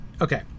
Okay